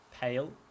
pale